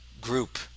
group